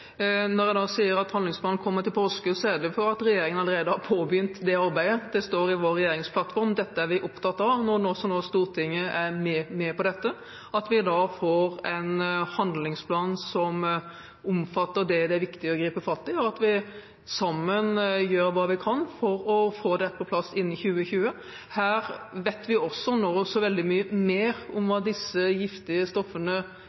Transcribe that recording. Når jeg sier at handlingsplanen kommer til påske, er det fordi regjeringen allerede har påbegynt det arbeidet – det står i vår regjeringsplattform, dette er vi opptatt av. Når nå også Stortinget er med på dette, får vi en handlingsplan som omfatter det som er viktig å gripe fatt i, og sammen gjør vi hva vi kan for å få dette på plass innen 2020. Vi vet nå veldig mye mer om hva disse giftige stoffene